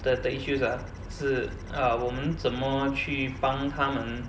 的的 issues are 是 err 我们怎么去帮他们